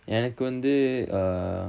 எனக்கு வந்து:enakku vanthu err